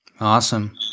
Awesome